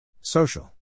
Social